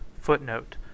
Footnote